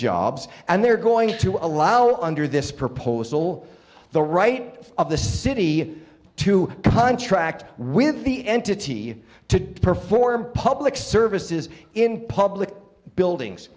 jobs and they're going to allow under this proposal the right of the city to contract with the entity to perform public services in public buildings